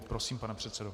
Prosím, pane předsedo.